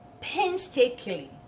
painstakingly